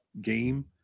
game